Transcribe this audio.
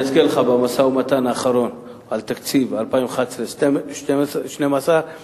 במשא-ומתן האחרון על תקציב 2011 2012 שר